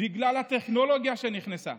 בגלל הטכנולוגיה שנכנסה.